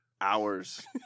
hours